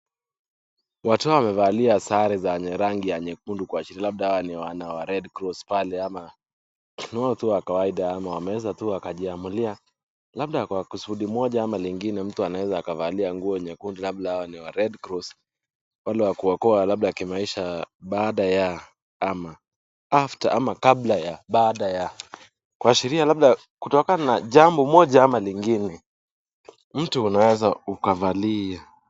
Watu wamevalia sare za rangi ya nyekundu kuashiria labda hawa ni wana wa Red Cross pale ama No tu wa kawaida ama wameweza tu wakajiamulia. Labda kwa kusudi moja ama lingine mtu anaweza akavalia nguo nyekundu labda hawa ni wa Red Cross. Wale wa kuokoa labda kimaisha baada ya ama after ama kabla ya baada ya. Kuashiria labda kutokana na jambo moja ama lingine. Mtu unaweza ukavalia.